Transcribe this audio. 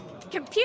computer